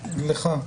לך.